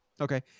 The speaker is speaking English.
Okay